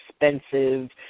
expensive